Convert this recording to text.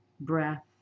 Breath